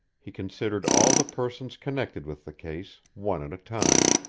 he considered all the persons connected with the case, one at a time.